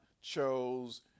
Chose